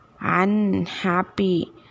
unhappy